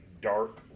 dark